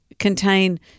contain